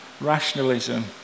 rationalism